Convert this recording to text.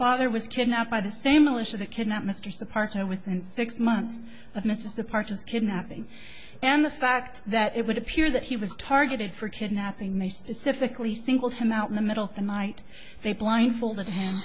father was kidnapped by the same militia that kidnapped mistress a partner within six months of miss apart his kidnapping and the fact that it would appear that he was targeted for kidnapping they specifically singled him out in the middle the night they blindfolded